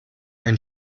ein